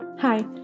Hi